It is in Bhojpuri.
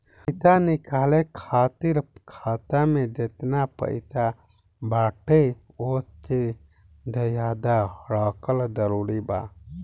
पईसा निकाले खातिर खाता मे जेतना पईसा बाटे ओसे ज्यादा रखल जरूरी बा?